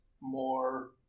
more